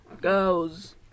goes